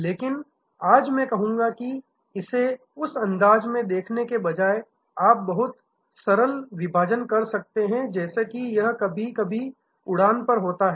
लेकिन आज मैं कहूंगा कि इसे उस अंदाज में देखने के बजाय आप बहुत सरल विभाजन कर सकते हैं जैसे कि यह कभी कभी उड़ान पर होता है